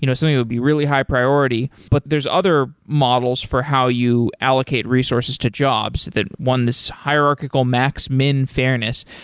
you know something would be really high-priority, but there's other models for how you allocate resources to jobs that won this hierarchical max min fairness.